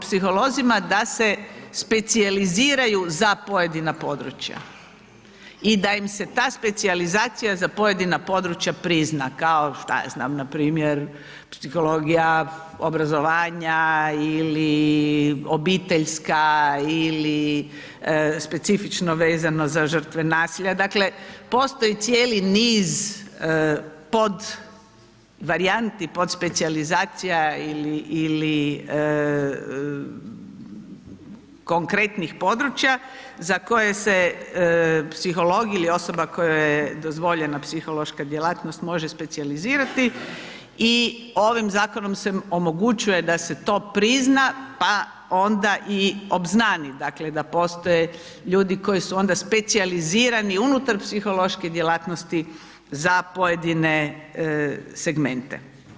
psiholozima da se specijaliziraju za pojedina područja i da im se ta specijalizacija za pojedina područja prizna kao šta ja znam, npr. psihologija obrazovanja ili obiteljska ili specifično vezano za žrtve nasilja, dakle postoji cijeli niz podvarijanti, podspecijalizacija ili konkretnih područja za koje se psiholog ili osoba kojoj je dozvoljena psihološka djelatnost, može specijalizirati i ovim zakonom se omogućuje da se to prizna pa onda i obznani, dakle da postoje ljudi koji su onda specijalizirani unutar psihološke djelatnosti za pojedine segmente.